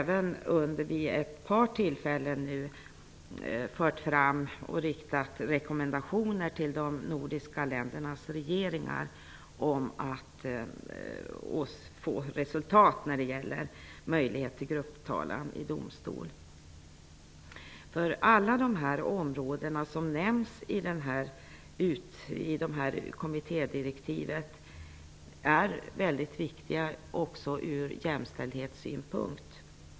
Vid ett par tillfällen har Nordiska rådet även fört fram och riktat rekommendationer till de nordiska ländernas regeringar om att åstadkomma resultat när det gäller möjligheter till grupptalan i domstol. Alla de områden som nämns i kommittédirektivet är mycket viktiga från jämställdhetssynpunkt.